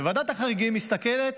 ועדת החריגים מסתכלת